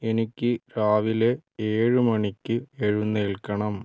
എനിക്ക് രാവിലെ ഏഴ് മണിക്ക് എഴുന്നേൽക്കണം